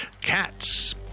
Cats